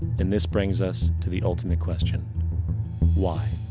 and this brings us to the ultimate question why?